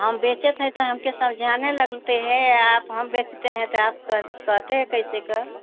हम बेचे थें त हमके सब जाने लगते हे आप हम बेचतें हें त आप क कहते ह कैसे क